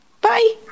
Bye